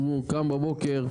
הוא קם בבוקר,